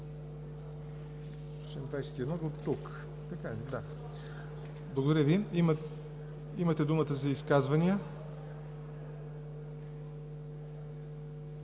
Благодаря Ви. Имате думата за изказвания.